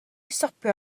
stopio